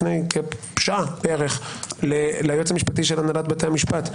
לפני כשעה בערך ליועץ המשפטי של הנהלת בתי המשפט,